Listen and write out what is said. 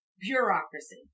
Bureaucracy